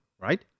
right